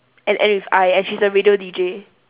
and end with I and she's a radio D_J